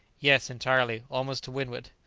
yes, entirely almost to windward.